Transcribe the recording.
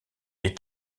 est